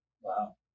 Wow